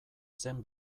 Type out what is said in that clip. zen